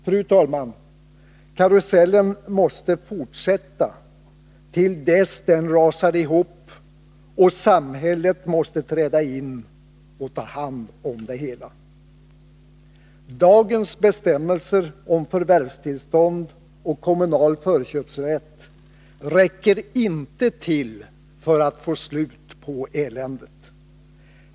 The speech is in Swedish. Fru talman! Karusellen fortsätter till dess den rasar ihop och samhället måste träda in och ta hand om det hela. Dagens bestämmelser om förvärvstillstånd och kommunal förköpsrätt räcker inte till för att få slut på eländet.